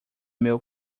meu